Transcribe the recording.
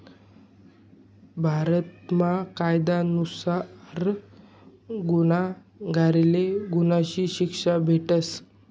भारतमा कायदा नुसार गुन्हागारले गुन्हानी शिक्षा भेटस